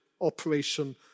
Operation